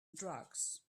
drugs